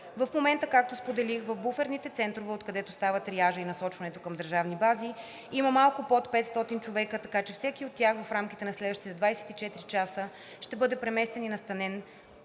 В момента, както споделих, в буферните центрове, откъдето става триажът и насочването към държавни бази, има малко под 500 човека, така че всеки от тях в рамките на следващите 24 часа ще бъде преместен и настанен